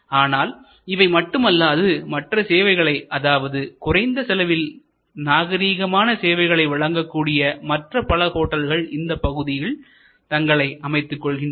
ஆனால் இவை மட்டுமல்லாது மற்ற சேவைகளை அதாவது குறைந்த செலவில் நாகரீகமான சேவைகளை வழங்கக்கூடிய மற்ற பல ஹோட்டல்கள் இந்த பகுதியில் தங்களை அமைத்துக் கொள்கின்றனர்